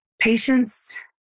patients